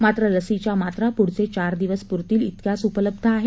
मात्र लसीच्या मात्रा पुढचे चार दिवस पुरतील तक्याच उपलब्ध आहेत